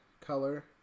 color